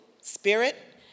spirit